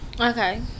Okay